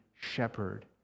shepherd